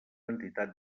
entitat